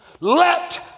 let